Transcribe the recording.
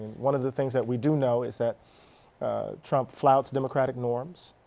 one of the things that we do know is that trump flouts democratic norms.